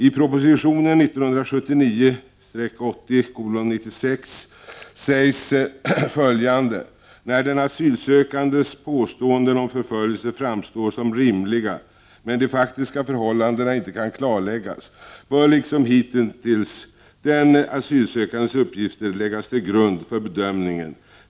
I proposition 1979/80:96 sägs följande: ”När den asylsökandes påståenden om förföljelse framstår som rimliga men de faktiska förhållandena inte kan klarläggas bör, liksom hittills, den asylsökandes uppgifter läggas till grund för bedömningen.